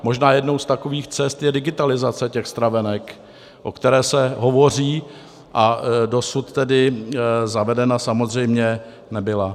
Možná jednou z takových cest je digitalizace těch stravenek, o které se hovoří a dosud zavedena samozřejmě nebyla.